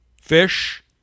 fish